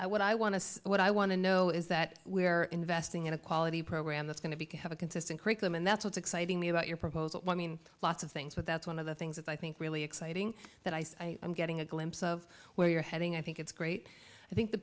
i would i want to say what i want to know is that we are investing in a quality program that's going to be can have a consistent curriculum and that's what's exciting me about your proposal mean lots of things but that's one of the things that i think really exciting that i am getting a glimpse of where you're heading i think it's great i think the